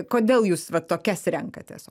kodėl jūs va tokias renkatės